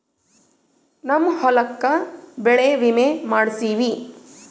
ನಮ್ ಹೊಲಕ ಬೆಳೆ ವಿಮೆ ಮಾಡ್ಸೇವಿ